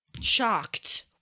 Shocked